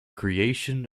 creation